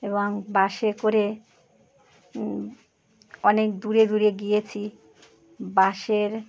এবং বাসে করে অনেক দূরে দূরে গিয়েছি বাসের